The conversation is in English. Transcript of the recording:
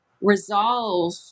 resolve